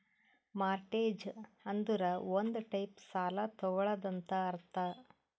mortgage ಅಂದುರ್ ಒಂದ್ type ಸಾಲ ತಗೊಳದಂತ್ ಅರ್ಥ